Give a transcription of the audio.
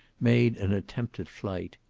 made an attempt at flight.